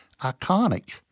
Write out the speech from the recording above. iconic